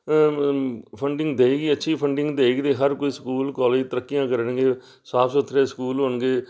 funding ਦੇਵੇਗੀ ਅੱਛੀ funding ਦੇਵੇਗੀ ਤਾਂ ਹਰ ਕੋਈ ਸਕੂਲ ਕੋਲਜ ਤਰੱਕੀਆਂ ਕਰਨਗੇ ਸਾਫ਼ ਸੁਥਰੇ ਸਕੂਲ ਹੋਣਗੇ